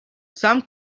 some